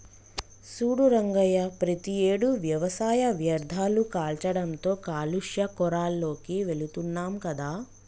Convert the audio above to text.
సూడు రంగయ్య ప్రతియేడు వ్యవసాయ వ్యర్ధాలు కాల్చడంతో కాలుష్య కోరాల్లోకి వెళుతున్నాం కదా